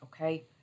Okay